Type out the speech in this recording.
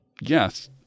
Yes